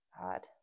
God